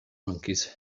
monkeys